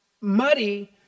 Muddy